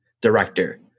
director